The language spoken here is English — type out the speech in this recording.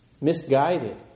Misguided